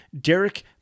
Derek